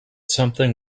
something